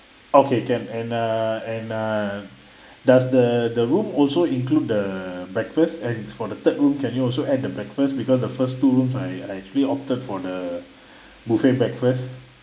okay can and err and err does the the room also include the breakfast and for the third room can you also add the breakfast because the first two rooms I I actually opted for the buffet breakfast